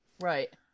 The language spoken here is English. right